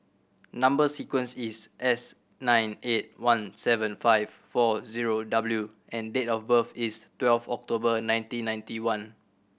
number sequence is S nine eight one seven five four zero W and date of birth is twelve October nineteen ninety one